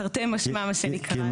תרתי משמע מה שנקרא.